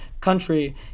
country